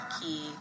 key